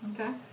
Okay